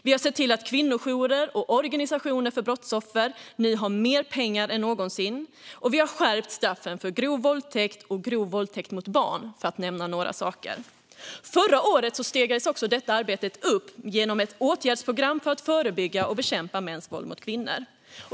Vi har sett till att kvinnojourer och organisationer för brottsoffer nu har mer pengar än någonsin, och vi har skärpt straffen för grov våldtäkt och grov våldtäkt mot barn. Detta är några saker vi har gjort. Förra året skruvade vi också upp detta arbete genom ett åtgärdsprogram för att förebygga och bekämpa mäns våld mot kvinnor.